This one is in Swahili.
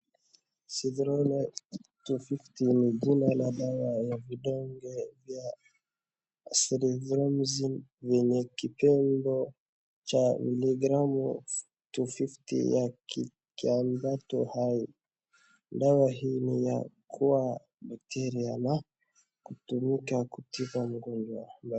Zitheoni 250 ni jina la dawa ya vidonge vya Azithromycin yenye kipembo cha miligramu 250 ya kiambato hai. Dawa hii ni ya kuwa bakteria na kutumika kutibu magonjwa.